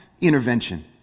intervention